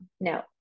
no